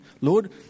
Lord